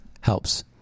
helps